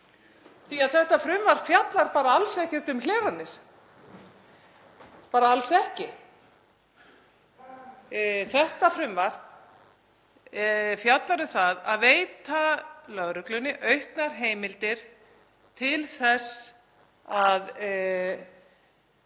því að þetta frumvarp fjallar bara alls ekkert um hleranir, bara alls ekki. Þetta frumvarp fjallar um það að veita lögreglunni auknar heimildir til þess að